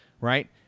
right